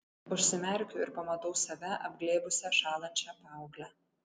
užsimerkiu ir pamatau save apglėbusią šąlančią paauglę